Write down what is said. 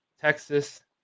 Texas